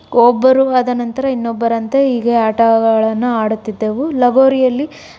ಒಬ್ಬರು ಆದ ನಂತರ ಇನ್ನೊಬ್ಬರಂತೆ ಹೀಗೆ ಆಟಗಳನ್ನು ಆಡುತ್ತಿದ್ದೆವು ಲಗೋರಿಯಲ್ಲಿ